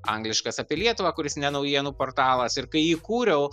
angliškas apie lietuvą kuris ne naujienų portalas ir kai jį kūriau